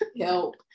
help